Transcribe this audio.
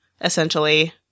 essentially